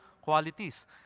qualities